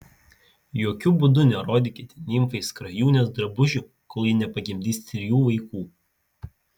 jokiu būdu nerodykite nimfai skrajūnės drabužių kol ji nepagimdys trijų vaikų